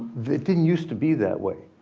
they didn't used to be that way.